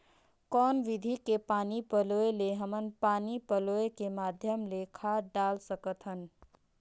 कौन विधि के पानी पलोय ले हमन पानी पलोय के माध्यम ले खाद डाल सकत हन?